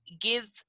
give